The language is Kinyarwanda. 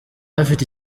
afite